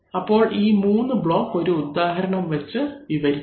അപ്പോൾ ഈ 3 ബ്ലോക്ക് ഒരു ഉദാഹരണം വച്ച് വിവരിക്കും